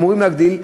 אמורים להגדיל.